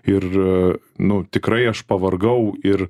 ir nu tikrai aš pavargau ir